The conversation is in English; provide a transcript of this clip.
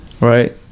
right